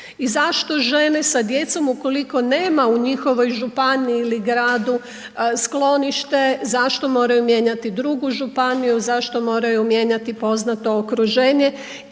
i zašto žene sa djecom ukoliko nema u njihovoj županiji ili gradu sklonište, zašto moraju mijenjati drugu županiju, zašto moraju mijenjati poznato okruženje